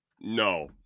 no